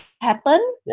happen